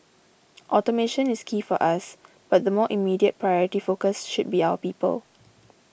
automation is key for us but the more immediate priority focus should be our people